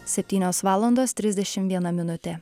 septynios valandos trisdešimt viena minutė